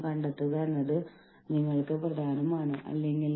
കൂടാതെ ഈ പ്രശ്നങ്ങൾ ശ്രദ്ധിക്കപ്പെടണമെന്ന് അവർ ആഗ്രഹിക്കുന്നു